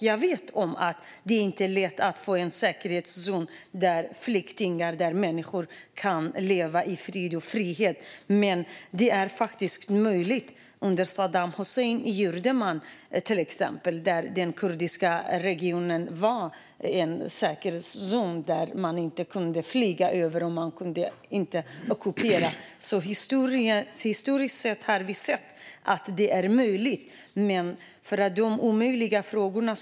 Jag vet att det inte är lätt att få till stånd en säkerhetszon där människor, flyktingar, kan leva i fred och frihet, men det är faktiskt möjligt. Under Saddam Hussein var den kurdiska regionen en säkerhetszon som man inte kunde flyga över och inte ockupera. Historiskt har vi sett att detta är möjligt.